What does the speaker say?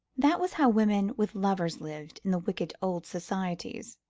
that was how women with lovers lived in the wicked old societies,